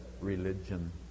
religion